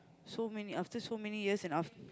so many after after so many years and af~